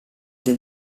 del